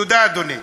תודה, אדוני.